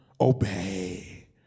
obey